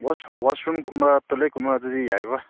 ꯋꯥꯁꯔꯨꯝꯒꯨꯝꯕ ꯇꯣꯏꯂꯦꯠꯀꯨꯝꯕꯗꯨꯗꯤ ꯌꯥꯏꯀꯣ